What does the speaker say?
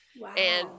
Wow